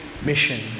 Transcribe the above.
mission